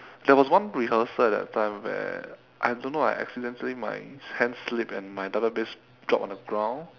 there was one rehearsal at that time where I don't know I accidentally my hand slipped and my double bass dropped on the ground